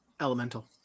Elemental